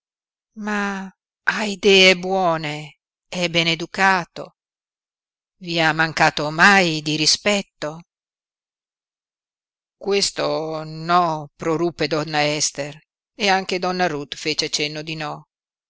ha idee buone è beneducato i ha mancato mai di rispetto questo no proruppe donna ester e anche donna ruth fece cenno di no